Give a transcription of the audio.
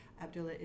Abdullah